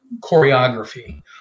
choreography